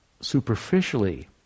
superficially